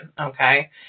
Okay